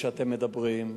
שאתם מדברים,